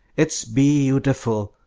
it's be yu tiful!